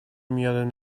میان